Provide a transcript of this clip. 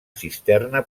cisterna